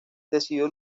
decidió